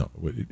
No